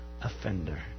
offender